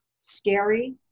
scary